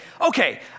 okay